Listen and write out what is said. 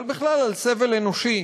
ובכלל על סבל אנושי,